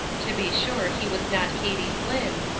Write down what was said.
to be sure, he was not katie flinn,